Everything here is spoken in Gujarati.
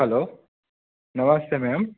હલો નમસ્તે મેમ